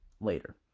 later